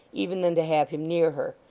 even than to have him near her,